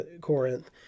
Corinth